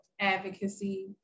advocacy